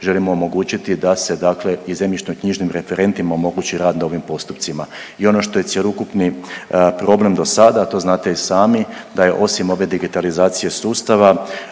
želimo omogućiti da se dakle i zemljišnoknjižnim referentima omogući rad u ovim postupcima. I ono što je cjeloukupni problem do sada, to znate i sami, da je osim ove digitalizacije sustava